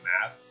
math